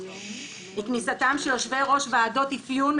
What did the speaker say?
כניסתם של יושבי-ראש ועדות אפיון,